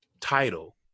title